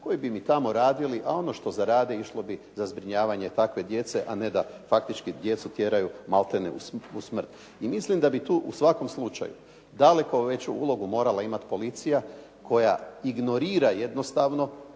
koji bi mi tamo radili, a ono što zarade išlo bi za zbrinjavanje takve djece, a ne da faktički djecu tjeraju malte ne u smrt. I mislim da bi tu u svakom slučaju daleko veću ulogu morala imat policija koja ignorira jednostavno